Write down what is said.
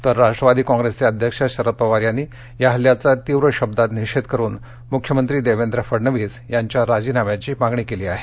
तर राष्ट्रवादी काँग्रेसचे अध्यक्ष शरद पवार यांनी या हल्ल्याचा तीव्र शब्दांत निषेध करून मुख्यमंत्री देवेंद्र फडणवीस यांच्या राजीनाम्याची मागणी केली आहे